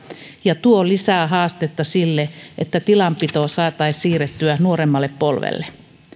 ja tuo lisää haastetta sille että tilanpito saataisiin siirrettyä nuoremmalle polvelle